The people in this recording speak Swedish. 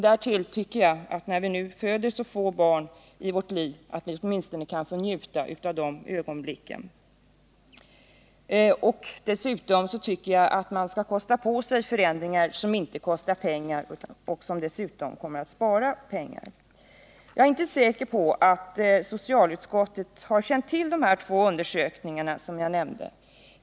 Därtill tycker jag att när vi kvinnor nu föder så få barn under vårt liv, så skulle vi åtminstone kunna få njuta av de ögonblick som den första kontakten med barnen innebär. Jag tycker vidare att man bör satsa på förändringar som inte kostar pengar utan tvärtom på sikt sparar pengar. Jag är inte säker på att socialutskottet kände till de två undersökningar som jag nämnt.